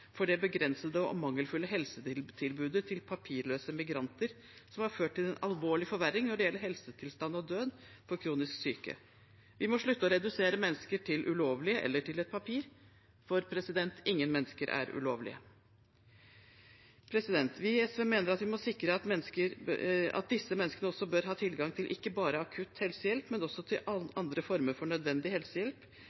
for det begrensede og mangelfulle helsetilbudet til papirløse migranter som har ført til en alvorlig forverring når det gjelder helsetilstand og død for kronisk syke. Vi må slutte å redusere mennesker til ulovlig eller til et papir, for ingen mennesker er ulovlige. Vi i SV mener vi må sikre at disse menneskene også bør ha tilgang til ikke bare akutt helsehjelp, men også til